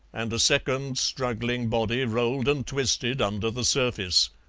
and a second struggling body rolled and twisted under the surface.